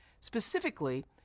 Specifically